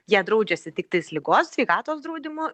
jie draudžiasi tiktais ligos sveikatos draudimu